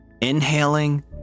Inhaling